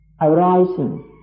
arising